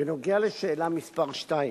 בנוגע לשאלה מס' 2,